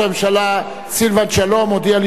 בצירוף קולו של סגן ראש הממשלה מרידור,